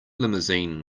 limousine